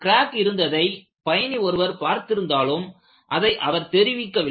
crack இருந்ததை பயணி ஒருவர் பார்த்திருந்தாலும் அதை அவர் தெரிவிக்கவில்லை